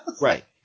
Right